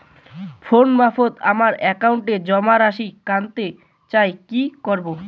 Phone মারফত আমার একাউন্টে জমা রাশি কান্তে চাই কি করবো?